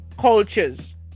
cultures